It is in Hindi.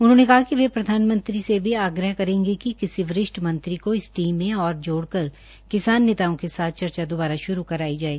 उन्होंने कहा कि वह प्रधानमंत्री से भी आग्रह करेंगे कि किसी वरिष्ठ मंत्री को इस टीम में और जोड़ कर किसान नेताओं के साथ चर्चा द्वबारा कराई जाये